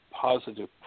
Positive